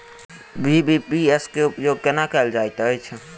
BBPS केँ उपयोग केना कएल जाइत अछि?